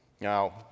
Now